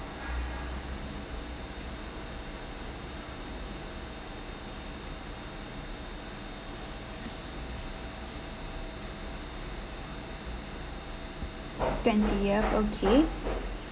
twentieth okay